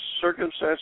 circumstances